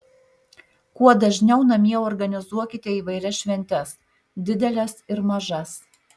kuo dažniau namie organizuokite įvairias šventes dideles ir mažas